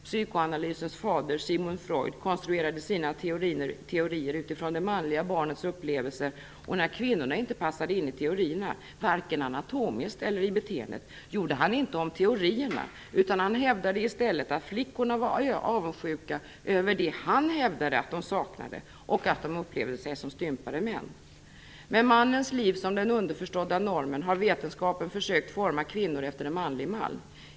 Psykoanalysen fader, Sigmund Freud, konstruerade sina teorier utfrån det manliga barnets upplevelser, och när kvinnorna inte passa in i teorierna - varken anatomiskt eller i beteendet - gjorde han inte om teorierna utan hävdade i stället att flickorna var avundsjuka över det han hävdade att de saknade och att de upplevde sig som stympade män. Med mannens liv som den underförstådda normen har vetenskapen försökt forma kvinnor efter en manlig mall.